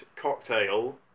Cocktail